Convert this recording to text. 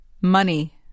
Money